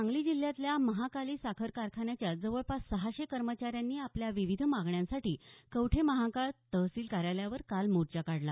सांगली जिल्ह्यातल्या महाकाली साखर कारखान्याच्या जवळपास सहाशे कर्मचाऱ्यांनी आपल्या विविध मागण्यांसाठी कवठे महांकाळ तहसील कार्यालयावर काल मोर्चा काढला